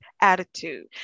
attitude